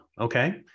okay